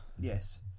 Yes